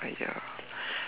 !aiya!